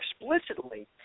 explicitly